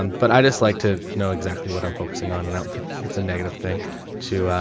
um but i just like to know exactly what i'm focusing on and i don't think it's a negative thing to, ah,